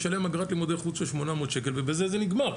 נשלם אגרת לימודי חוץ של 800 ש"ח ובזה זה נגמר.